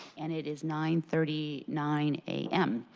and it is nine thirty nine a m.